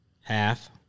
half